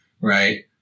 right